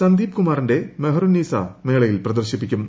സന്ദീപ് കുമാറിന്റെ മെഹറുന്നീസ മേള യിൽ പ്രദർശിപ്പിക്കും